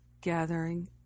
gathering